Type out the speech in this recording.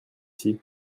ici